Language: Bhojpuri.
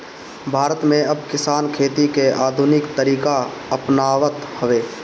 भारत में अब किसान खेती के आधुनिक तरीका अपनावत हवे